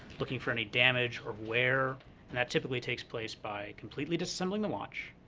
looking for any damage or wear, and that typically takes place by completely disassembling the watch,